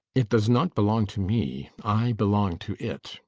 it does not belong to me. i belong to it.